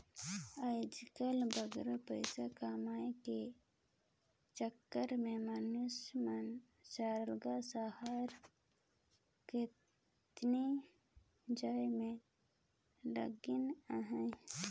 आएज काएल बगरा पइसा कमाए कर चक्कर में मइनसे मन सरलग सहर कतिच जाए में लगिन अहें